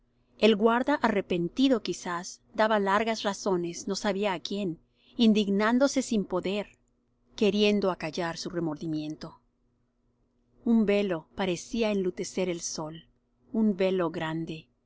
el guarda arrepentido quizás daba largas razones no sabía á quién indignándose sin poder queriendo acallar su remordimiento un velo parecía enlutecer el sol un velo grande